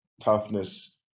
toughness